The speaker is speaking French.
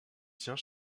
tient